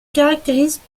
caractérisent